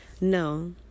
no